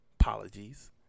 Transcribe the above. apologies